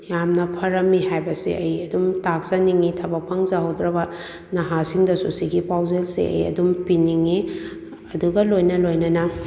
ꯌꯥꯝꯅ ꯐꯔꯝꯃꯤ ꯍꯥꯏꯕꯁꯤ ꯑꯩ ꯑꯗꯨꯝ ꯇꯥꯛꯆꯅꯤꯡꯉꯤ ꯊꯕꯛ ꯐꯪꯖꯍꯧꯗ꯭ꯔꯕ ꯅꯍꯥꯁꯤꯡꯗꯁꯨ ꯁꯤꯒꯤ ꯄꯥꯎꯖꯦꯜꯁꯤ ꯑꯩ ꯑꯗꯨꯝ ꯄꯤꯅꯤꯡꯉꯤ ꯑꯗꯨꯒ ꯂꯣꯏꯅ ꯂꯣꯏꯅꯅ